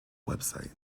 website